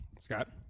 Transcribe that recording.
Scott